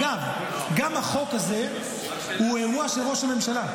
אגב, גם החוק הזה הוא אירוע של ראש הממשלה.